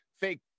fake